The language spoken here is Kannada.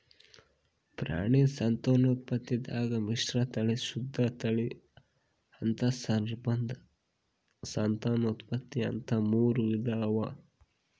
ಪ್ರಾಣಿ ಸಂತಾನೋತ್ಪತ್ತಿದಾಗ್ ಮಿಶ್ರತಳಿ, ಶುದ್ಧ ತಳಿ, ಅಂತಸ್ಸಂಬಂಧ ಸಂತಾನೋತ್ಪತ್ತಿ ಅಂತಾ ಮೂರ್ ವಿಧಾ ಅವಾ